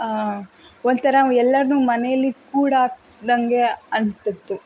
ಒಂಥರ ಎಲ್ಲರನ್ನೂ ಮನೆಯಲ್ಲಿ ಕೂಡಾಕಿದಂಗೆ ಅನಿಸ್ತಿತ್ತು